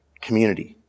community